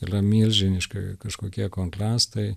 yra milžiniški kažkokie kontrastai